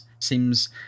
seems